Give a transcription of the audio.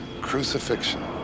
crucifixion